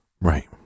Right